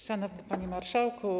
Szanowny Panie Marszałku!